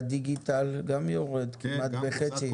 והדיגיטל גם יורד כמעט בחצי.